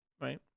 right